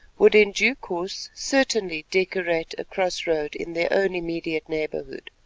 would in due course certainly decorate a cross-road in their own immediate neighbourhood.